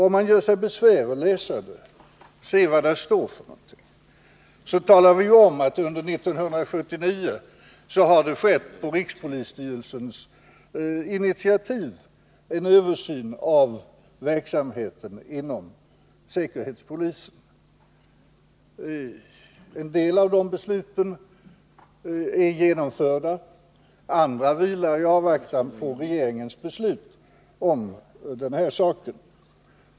Om man gör sig besvär att läsa det betänkandet och se vad där står finner man att vi talar om att det under 1979 på rikspolisstyrelsens initiativ har skett en översyn av verksamheten inom säkerhetspolisen. En del av de besluten är genomförda, andra vilar i avvaktan på regeringens beslut om den här saken.